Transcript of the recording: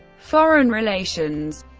foreign relations